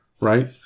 Right